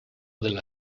della